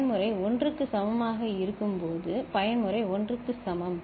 பயன்முறை 1 க்கு சமமாக இருக்கும்போது பயன்முறை 1 க்கு சமம்